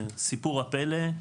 סיפור הפלא,